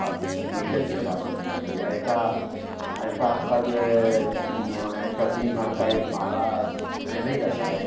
अच्छा मीटर के हिसाब से घुमाएँगे ऐसा ऐसा आपका जो है ऐसा दिन भर का एक भाड़ा तय नहीं रहता है